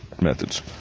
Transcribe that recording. methods